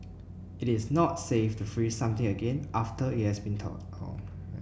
it is not safe to freeze something again after it has been thawed